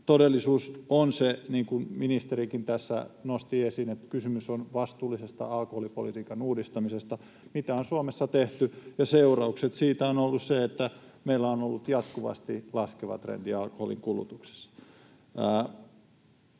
Todellisuus on se, niin kuin ministerikin tässä nosti esiin, että kysymys on vastuullisesta alkoholipolitiikan uudistamisesta, mitä on Suomessa tehty, ja seuraus siitä on ollut se, että meillä on ollut jatkuvasti laskeva trendi alkoholinkulutuksessa.